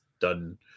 done